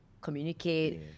communicate